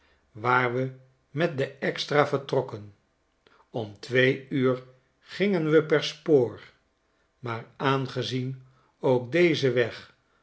waar we met den ff extra vertrokken om twee uur gingen we per spoor maar aangezien ook deze weg